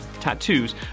Tattoos